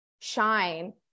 shine